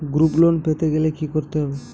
Group loan পেতে গেলে কি করতে হবে?